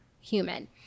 human